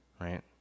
right